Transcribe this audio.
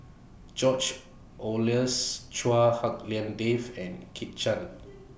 George Oehlers Chua Hak Lien Dave and Kit Chan